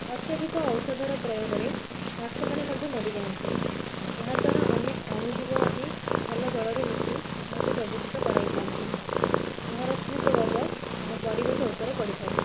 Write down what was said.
ଅତ୍ୟଧିକ ଔଷଧର ପ୍ରୋୟୋଗରେ ମାଛମାନେ ମଧ୍ୟ ମରିଯାଆନ୍ତି ଏହାଦ୍ୱାରା ଅନେକ ଅଣୁଜୀବ ଆଦି ଭଲ ଜଳରେ ମିଶି ଏହାକୁ ପ୍ରଦୂଷିତ କରାଇଥାନ୍ତି ଏହାର କୁପ୍ରଭାବ ଆମ ପରିବେଶ ଉପରେ ପଡ଼ିଥାଏ